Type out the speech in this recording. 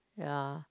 ya